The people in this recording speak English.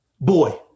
boy